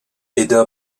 aida